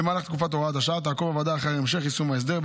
במהלך תקופת הוראת השעה תעקוב הוועדה אחר המשך יישום ההסדר,